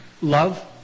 love